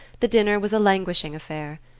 the dinner was a languishing affair.